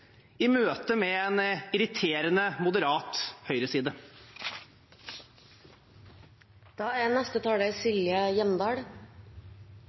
i møte med en irriterende moderat